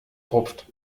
rupft